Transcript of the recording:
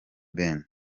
ben